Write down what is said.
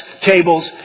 tables